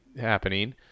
happening